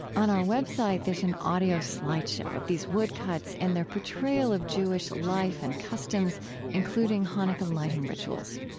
on our website, there's an audio slide show of these woodcuts and their portrayal of jewish life and customs including hanukkah lighting rituals.